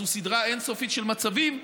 ואז הוא סדרה אין-סופית של מצבים,